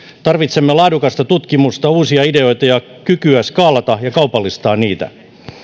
tarvitsemme laadukasta tutkimusta uusia ideoita ja kykyä skaalata ja kaupallistaa niitä